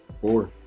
Four